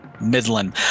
Midland